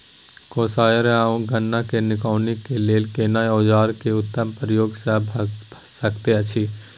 कोसयार आ गन्ना के निकौनी के लेल केना औजार के उत्तम प्रयोग भ सकेत अछि?